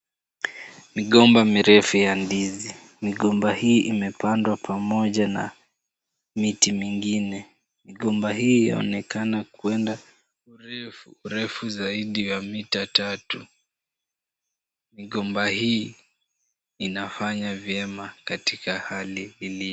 Migomba mirefu ya ndizi. Migomba hii imepandwa pamoja na miti mingine. Migomba hii inaonekana kwenda urefu zaidi ya mita tatu. Migomba hii inafanya vyema katika hali ilivyo.